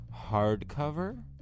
Hardcover